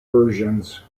versions